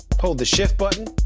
hold the shift button